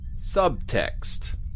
Subtext